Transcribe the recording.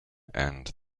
and